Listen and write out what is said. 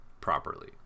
properly